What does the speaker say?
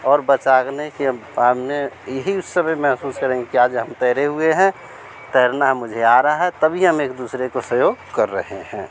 और बचाने के हम काम में यही उस समय महसूस करेंगे कि आज हम तैरे हुए हैं तैरना मुझे आ रहा है तभी हम एक दूसरे को सहयोग कर रहे हैं